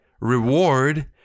reward